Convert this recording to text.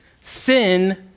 Sin